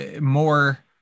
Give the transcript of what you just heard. more